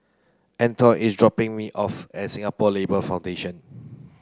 Antione is dropping me off at Singapore Labour Foundation